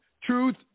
truth